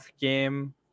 game